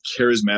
charismatic